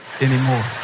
anymore